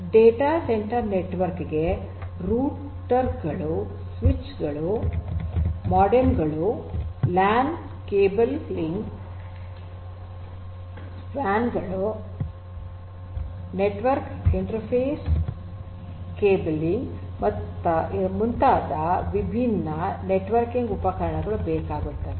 data centre network ಗೆ router ಗಳು switch ಗಳು ಮೋಡೆಮ್ ಗಳು ಲ್ಯಾನ್ ಗಳ ಕೇಬಲಿಂಗ್ ವ್ಯಾನ್ ಗಳು ನೆಟ್ವರ್ಕ್ ಇಂಟರ್ಫೇಸ್ ಕೇಬಲಿಂಗ್ ಮತ್ತು ಮುಂತಾದ ವಿಭಿನ್ನ ನೆಟ್ವರ್ಕಿಂಗ್ ಉಪಕರಣಗಳು ಬೇಕಾಗುತ್ತವೆ